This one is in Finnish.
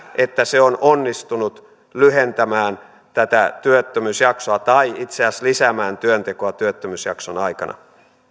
että se on onnistunut lyhentämään tätä työttömyysjaksoa tai itse asiassa lisäämään työntekoa työttömyysjakson aikana